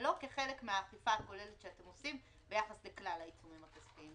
ולא כחלק מהאכיפה הכוללת שאתם עושים ביחס לכלל העיצומים הכספיים,